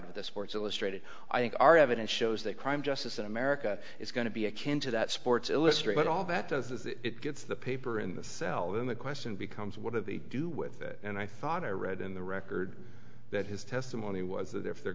at the sports illustrated i think our evidence shows that crime justice in america is going to be akin to that sports illustrated all that does is it gets the paper in the cell then the question becomes what do they do with it and i thought i read in the record that his testimony was that if they're